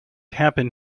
happen